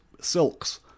silks